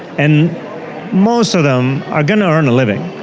and most of them are going to earn a living.